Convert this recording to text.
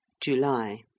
july